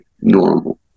normal